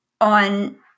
on